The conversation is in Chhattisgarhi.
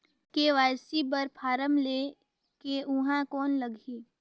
के.वाई.सी बर फारम ले के ऊहां कौन लगही?